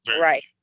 Right